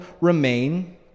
remain